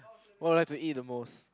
what do I like to eat the most